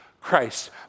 Christ